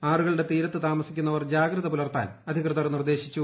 ആറുകളുടെ തീരത്ത് താമസിക്കുന്നവർ ജാഗ്രത പുലർത്താൻ അധികൃതർ നിർദ്ദേശിച്ചു